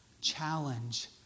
challenge